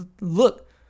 look